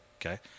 Okay